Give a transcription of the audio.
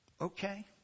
Okay